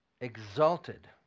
exalted